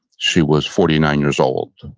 she was forty nine years old.